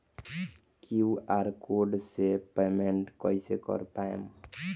QR code से payment कईसे कर पाएम?